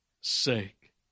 sake